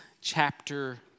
chapter